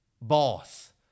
boss